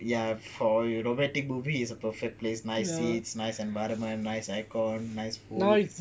ya for your romantic movie is a perfect place nice seats nice environment nice aircon nice food